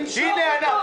נמשוך אותה.